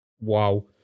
wow